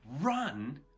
Run